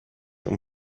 اون